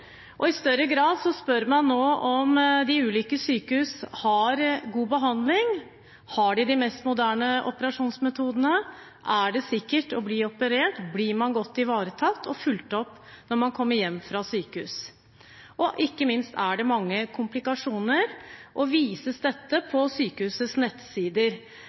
og i større grad spør man nå om de ulike sykehus har god behandling. Har de de mest moderne operasjonsmetodene? Er det sikkert å bli operert? Blir man godt ivaretatt og fulgt opp når man kommer hjem fra sykehus? Ikke minst er det mange komplikasjoner, og vises dette på sykehusets nettsider?